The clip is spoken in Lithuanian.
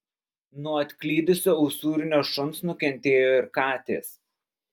nuo atklydusio usūrinio šuns nukentėjo ir katės